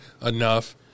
enough